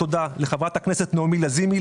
לחברת הכנסת נעמה לזימי,